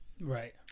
Right